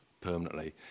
permanently